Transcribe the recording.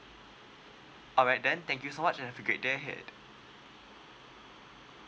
alright then thank you so much have a great day ahead